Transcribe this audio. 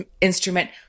instrument